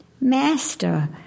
Master